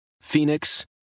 Phoenix